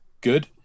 Good